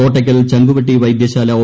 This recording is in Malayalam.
കോട്ടയ്ക്കൽ ചങ്കുവെട്ടി വൈദ്യശാല ഒ